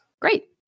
Great